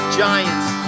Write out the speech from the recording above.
giants